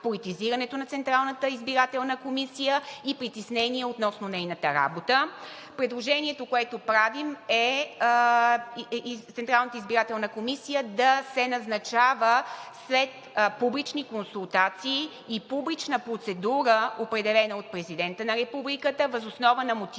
политизирането на Централната избирателна комисия и притеснения относно нейната работа. Предложението, което правим, е Централната избирателна комисия да се назначава след публични консултации и публична процедура, определена от Президента на Републиката, въз основа на мотивирани